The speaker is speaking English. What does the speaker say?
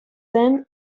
then